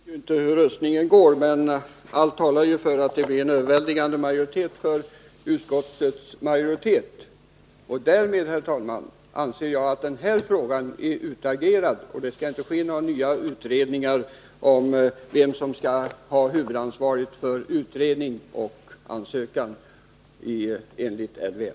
Herr talman! Vi vet inte hur omröstningen slutar, men allt talar för att det blir en överväldigande majoritet för utskottets förslag. Därmed, herr talman, anser jag att denna fråga är utagerad. Det skall inte göras några nya utredningar om vem som skall ha huvudansvaret för utredning och ansökan enligt LVM.